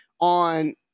on